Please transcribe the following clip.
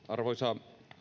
arvoisa